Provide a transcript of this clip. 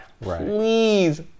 Please